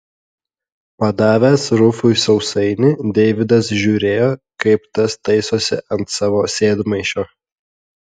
padavęs rufui sausainį deividas žiūrėjo kaip tas taisosi ant savo sėdmaišio